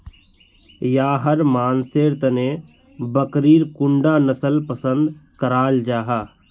याहर मानसेर तने बकरीर कुंडा नसल पसंद कराल जाहा?